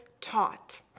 taught